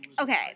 okay